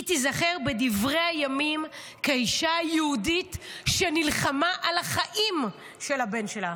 היא תיזכר בדברי הימים כאישה היהודית שנלחמה על החיים של הבן שלה.